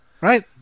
Right